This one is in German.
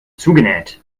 zugenäht